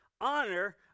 honor